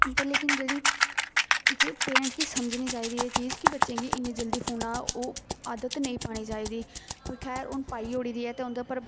पर लेकिन जेह्ड़ी पेरैंट्स गी समझनी चाहिदी एह् चीज कि बच्चें गी इन्नी जल्दी फोना दा ओह् आदत नेईं पानी चाह्दी पर खैर हून पाई ओड़ी दी ऐ ते उं'दे उप्पर